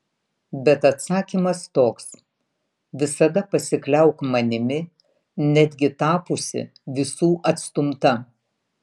bet atsakymas toks visada pasikliauk manimi netgi tapusi visų atstumta